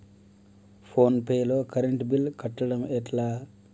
Phone pay లో current bill కట్టడం ఎట్లా?